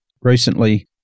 Recently